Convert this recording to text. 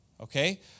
Okay